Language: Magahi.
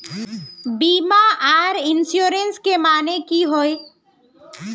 बीमा आर इंश्योरेंस के माने की होय?